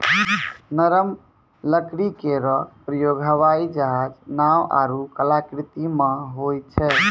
नरम लकड़ी केरो प्रयोग हवाई जहाज, नाव आरु कलाकृति म होय छै